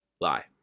Lie